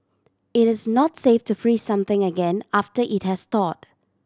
it is not safe to freeze something again after it has thawed